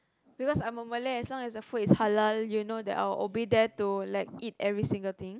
because I'm a Malay as long as the food is halal you know that I would obey dare to eat like every single thing